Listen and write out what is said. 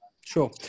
Sure